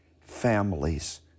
families